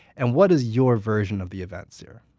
and what is your version of the events here?